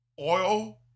Oil